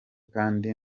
kandi